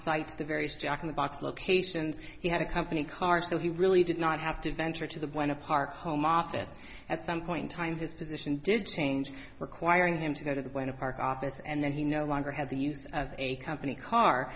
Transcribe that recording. site to various jack in the box locations he had a company car so he really did not have to venture to the went to park home office at some point time his position did change requiring him to go to the way to park office and then he no longer had the use of a company car